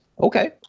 okay